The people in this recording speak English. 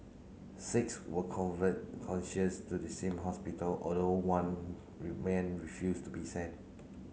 six were convert conscious to the same hospital although one remain refused to be sent